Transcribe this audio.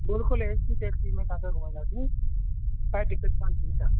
बिल्कुलु A C taxi में तव्हांखे घुमाईंदासीं काई दिक़त कान थींदी तव्हांखे